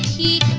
e